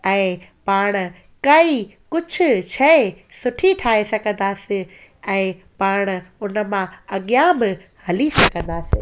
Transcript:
ऐं पाण काई कुझु शइ सुठी ठाहे सघंदासीं ऐं पाण उन मां अॻियां बि हली सघंदासीं